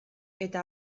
eta